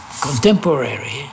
contemporary